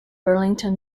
burlington